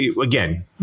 again